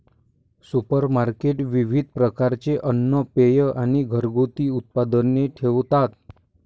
supermarket विविध प्रकारचे अन्न, पेये आणि घरगुती उत्पादने ठेवतात